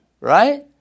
right